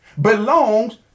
belongs